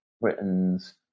Britain's